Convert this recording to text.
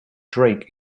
drake